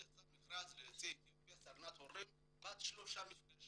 יצא מכרז לסדנת הורים ליוצאי אתיופיה בת שלושה מפגשים.